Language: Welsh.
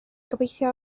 gobeithio